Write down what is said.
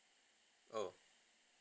oh